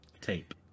tape